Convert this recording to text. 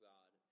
God